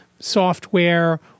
software